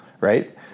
right